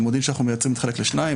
והמודיעין שאנחנו מייצרים מתחלק לשניים.